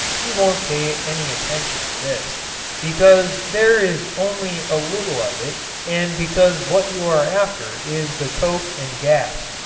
you won't pay any attention to this because there is only a little of it and because what you are after is the coke and gas.